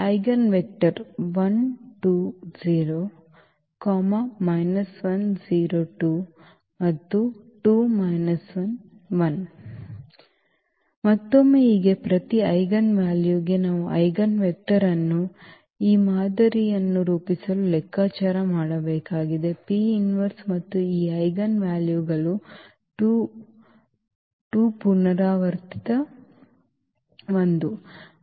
eigen vector ಮತ್ತೊಮ್ಮೆ ಈಗ ಪ್ರತಿ ಐಜೆನ್ ವ್ಯಾಲ್ಯೂಗೆ ನಾವು ಐಜೆನ್ ವೆಕ್ಟರ್ಅನ್ನು ಈ ಮಾದರಿಯನ್ನು ರೂಪಿಸಲು ಲೆಕ್ಕಾಚಾರ ಮಾಡಬೇಕಾಗಿದೆ ಮತ್ತು ಈ ಐಜೆನ್ ವ್ಯಾಲ್ಯೂಗಳು ಈ 22 ಪುನರಾವರ್ತಿತ 1